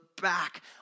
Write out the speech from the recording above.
back